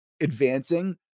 advancing